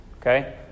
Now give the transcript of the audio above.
Okay